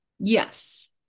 Yes